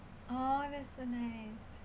oh that's so nice